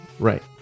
Right